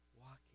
Walking